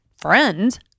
friends